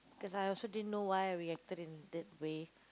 cause I also didn't know why I reacted in that way